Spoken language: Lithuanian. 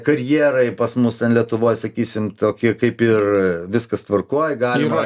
karjerai pas mus ten lietuvoj sakysim tokie kaip ir viskas tvarkoj galima